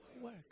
Work